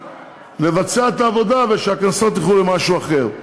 לבצע את העבודה ושהקנסות ילכו למשהו אחר.